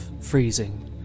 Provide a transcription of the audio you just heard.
freezing